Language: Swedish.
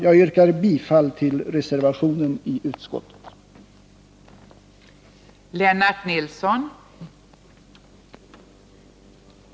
Jag yrkar bifall till reservationen vid utskottsbetänkandet.